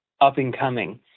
up-and-coming